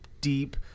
deep